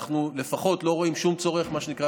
אנחנו לפחות לא רואים שום צורך מה שנקרא